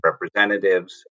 representatives